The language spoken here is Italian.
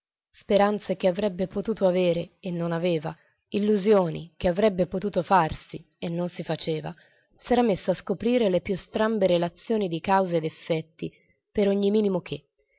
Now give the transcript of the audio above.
speranze che avrebbe potuto avere e non aveva illusioni che avrebbe potuto farsi e non si faceva s'era messo a scoprire le più strambe relazioni di cause e d'effetti per ogni minimo che